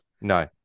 No